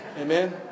Amen